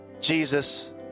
Jesus